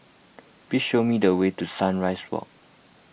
please show me the way to Sunrise Walk